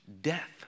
Death